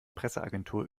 presseagentur